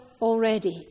already